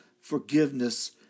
forgiveness